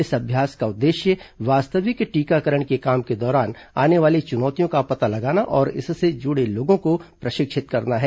इस अभ्यास का उद्देश्य वास्तविक टीकाकरण के काम के दौरान आने वाली चुनौतियों का पता लगाना और इससे जुड़े लोगों को प्रशिक्षित करना है